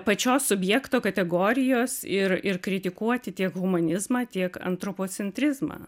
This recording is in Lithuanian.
pačios subjekto kategorijos ir ir kritikuoti tiek humanizmą tiek antropocentrizmą